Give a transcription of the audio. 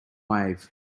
wave